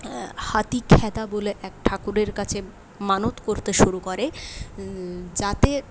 হাতিখেদা বলে এক ঠাকুরের কাছে মানত করতে শুরু করে যাতে